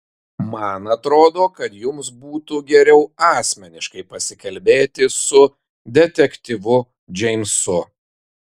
man atrodo kad jums būtų geriau asmeniškai pasikalbėti su detektyvu džeimsu